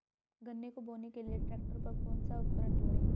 गन्ने को बोने के लिये ट्रैक्टर पर कौन सा उपकरण जोड़ें?